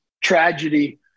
tragedy